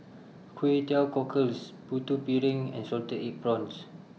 Kway Teow Cockles Putu Piring and Salted Egg Prawns